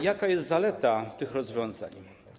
Jaka jest zaleta tych rozwiązań?